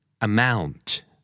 Amount